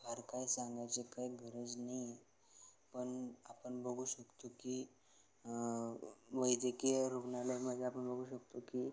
फार काय सांगायची काय गरज नाही पण आपण बघू शकतो की वैद्यकीय रुग्णालयामध्ये आपण बघू शकतो की